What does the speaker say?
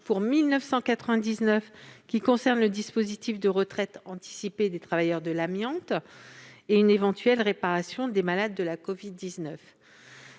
pour 1999, qui concerne le dispositif de retraite anticipée des travailleurs de l'amiante, et une éventuelle réparation des malades de la covid-19.